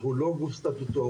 אנחנו לא גוף סטטוטורי,